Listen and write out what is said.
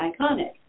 iconic